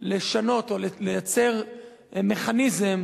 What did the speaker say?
לשנות או לייצר מכניזם